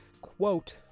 quote